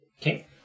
Okay